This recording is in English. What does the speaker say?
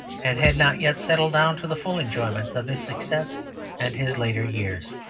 and had not yet settled down to the full enjoyment of his success and his later years.